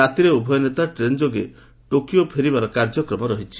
ରାତିରେ ଉଭୟ ନେତା ଟ୍ରେନ୍ ଯୋଗେ ଟୋକିଏ ଫେରିବାର କାର୍ଯ୍ୟକ୍ରମ ରହିଛି